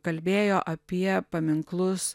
kalbėjo apie paminklus